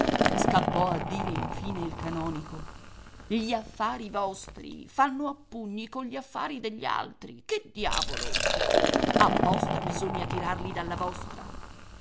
scappò a dire infine il canonico gli affari vostri fanno a pugni con gli affari degli altri che diavolo apposta bisogna tirarli dalla vostra